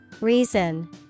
Reason